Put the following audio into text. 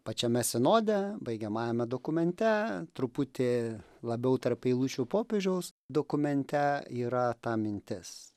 pačiame sinode baigiamajame dokumente truputį labiau tarp eilučių popiežiaus dokumente yra ta mintis